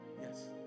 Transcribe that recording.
Yes